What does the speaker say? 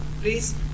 please